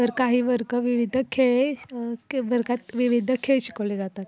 तर काही वर्ग विविध खेळ हे वर्गात विविध खेळ शिकवले जातात